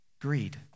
Greed